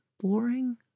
boring